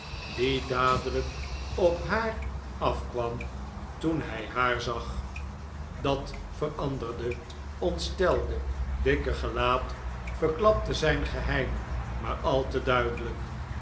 die dadelijk op haar af kwam toen hij haar zag dat veranderde ontstelde dikke gelaat verklapte zijn geheim maar al te duidelijk